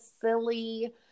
silly